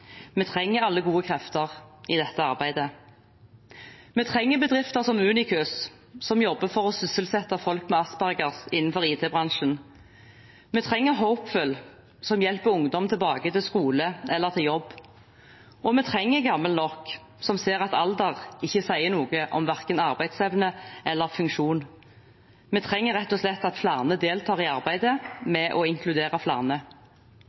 Vi trenger alle gode krefter i dette arbeidet. Vi trenger bedrifter som Unicus, som jobber for å sysselsette folk med Aspergers innenfor IT-bransjen. Vi trenger Hopeful, som hjelper ungdom tilbake til skole eller til jobb, og vi trenger Gammel Nok, som ser at alder ikke sier noe om verken arbeidsevne eller funksjon. Vi trenger rett og slett at flere deltar i arbeidet